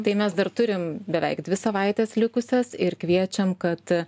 tai mes dar turim beveik dvi savaites likusias ir kviečiam kad